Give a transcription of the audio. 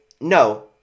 no